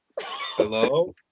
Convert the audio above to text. Hello